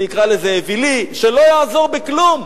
אני אקרא לזה "אווילי" שלא יעזור בכלום.